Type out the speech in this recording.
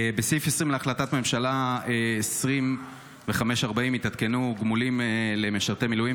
בסעיף 20 להחלטת ממשלה 2540 התעדכנו תגמולים למשרתי מילואים,